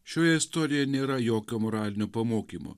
šioje istorijoje nėra jokio moralinio pamokymo